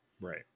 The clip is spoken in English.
Right